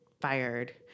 fired